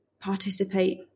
participate